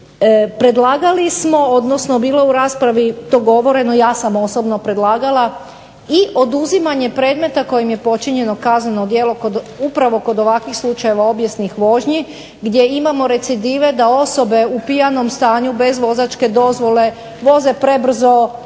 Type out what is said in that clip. Predlagali smo, odnosno bilo je u raspravi to govoreno, ja sam osobno predlagala i oduzimanje predmeta kojim je počinjeno kazneno djelo kod, upravo kod ovakvih slučajeva obijesnih vožnji, gdje imamo recidive da osobe u pijanom stanju bez vozačke dozvole voze prebrzo,